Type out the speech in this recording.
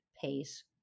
pace